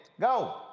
Go